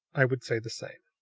i would say the same.